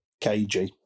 kg